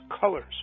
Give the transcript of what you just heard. colors